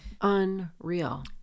unreal